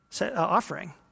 offering